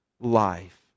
life